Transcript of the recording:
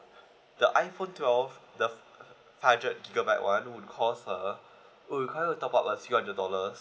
the iphone twelve the five hundred gigabyte one will cost uh would require to top up a three hundred dollars